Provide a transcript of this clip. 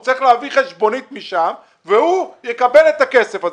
הוא צריך להביא חשבונית משם והוא יקבל את הכסף הזה.